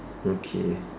okay